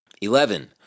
Eleven